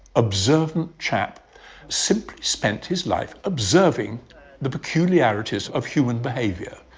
observant chap simply spent his life observing the peculiarities of human behavior.